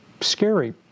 scary